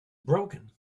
broken